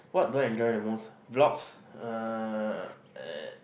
what do I enjoy the most vlogs uh